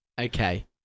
Okay